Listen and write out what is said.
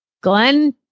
Glenn